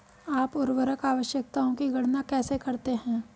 आप उर्वरक आवश्यकताओं की गणना कैसे करते हैं?